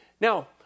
Now